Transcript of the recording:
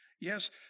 Yes